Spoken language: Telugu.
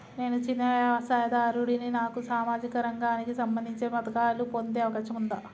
నేను చిన్న వ్యవసాయదారుడిని నాకు సామాజిక రంగానికి సంబంధించిన పథకాలు పొందే అవకాశం ఉందా?